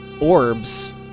orbs